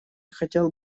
хотел